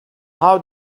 how